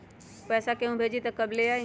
पैसा केहु भेजी त कब ले आई?